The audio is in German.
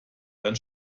dann